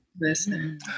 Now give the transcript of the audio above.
Listen